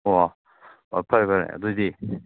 ꯑꯣ ꯑꯣ ꯐꯔꯦ ꯐꯔꯦ ꯑꯗꯨꯗꯤ